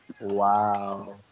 Wow